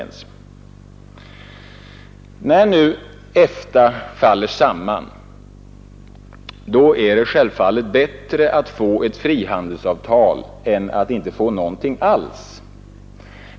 När nu EFTA faller samman är det självfallet bättre att få ett frihandelsavtal än att inte få någonting alls.